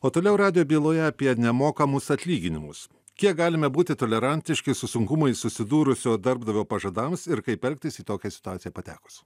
o toliau radijo byloje apie nemokamus atlyginimus kiek galime būti tolerantiški su sunkumais susidūrusio darbdavio pažadams ir kaip elgtis į tokią situaciją patekus